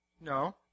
No